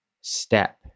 step